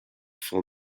for